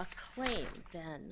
a claim then